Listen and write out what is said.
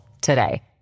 today